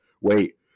Wait